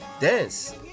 dance